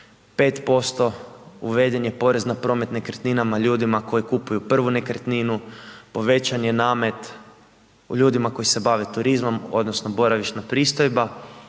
25%, uveden je porez na promet nekretninama ljudima koji kupuju prvu nekretninu, povećan je namet ljudima koji se bave turizmom odnosno boravišna pristojba,